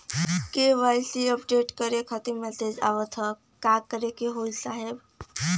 KYC updation करें खातिर message आवत ह का करे के होई साहब?